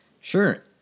Sure